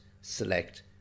select